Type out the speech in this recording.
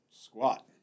Squat